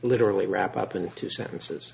literally wrap up in two sentences